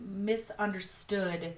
misunderstood